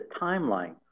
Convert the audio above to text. timeline